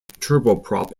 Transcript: turboprop